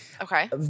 Okay